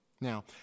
Now